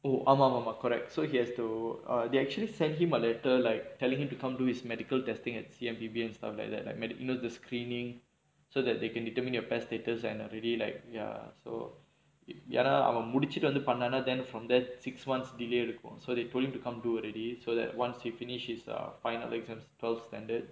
ஆமா ஆமா:aamaa aamaa correct so he has to err they actually send him a letter like telling him to come do his medical testing at C_M_P_B and stuff like that like maybe you know the screening so that they can determine your P_E_S status and already like ya so ya lah ஏனா அவன் முடிச்சிட்டு வந்து பண்ணானா:yaenaa avan mudichittu vanthu pannaanaa then from there six month delay இருக்கும்:irukkum so they told him to come do already so that once he finish his a final exams twelfth standard